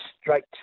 straight